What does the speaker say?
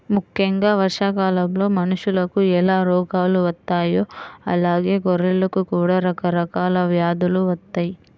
ముక్కెంగా వర్షాకాలంలో మనుషులకు ఎలా రోగాలు వత్తాయో అలానే గొర్రెలకు కూడా రకరకాల వ్యాధులు వత్తయ్యి